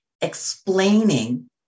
explaining